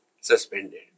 suspended